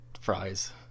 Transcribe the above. fries